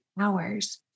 hours